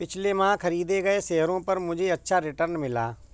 पिछले माह खरीदे गए शेयरों पर मुझे अच्छा रिटर्न मिला